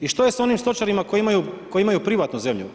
I što je s onim stočarima koji imaju privatnu zemlju?